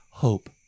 Hope